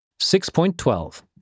6.12